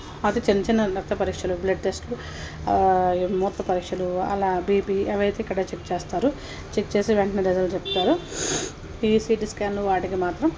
అదే చిన్న చిన్న రక్త పరీక్షలు బ్లడ్ టెస్ట్లు ఈ మూత్ర పరీక్షలు అలా బీపీ అవి అయితే ఇక్కడే చెక్ చేస్తారు చెక్ చేసి వెంటనే రిజల్ట్స్ చెప్తారు ఈ సీటీ స్కాను వాటికి మాత్రం